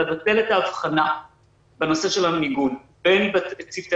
לבטל את ההבחנה בנושא של המיגון בין צוותי